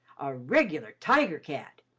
a regular tiger-cat.